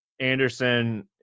Anderson